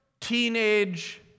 teenage